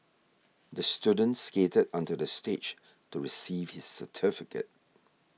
the student skated onto the stage to receive his certificate